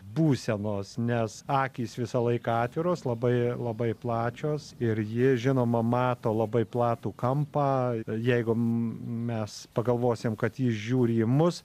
būsenos nes akys visą laiką atviros labai labai plačios ir ji žinoma mato labai platų kampą jeigu mes pagalvosim kad ji žiūri į mus